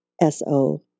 S-O